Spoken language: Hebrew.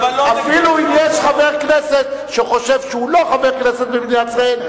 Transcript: אפילו אם יש חבר כנסת שחושב שהוא לא חבר כנסת במדינת ישראל,